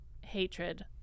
hatred